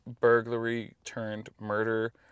burglary-turned-murder